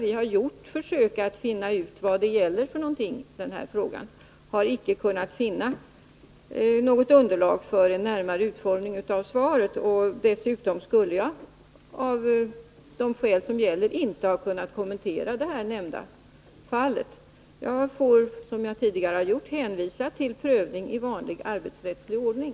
Vi har gjort försök att finna ut vilken fråga det gäller, men vi har icke kunnat finna något underlag för en närmare utformning av svaret. Dessutom skulle jag, av de skäl som gäller, inte ha kunnat kommentera ett enskilt fall. Jag får, som jag tidigare har gjort, hänvisa till prövning i vanlig arbetsrättslig ordning.